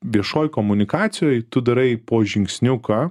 viešoj komunikacijoj tu darai po žingsniuką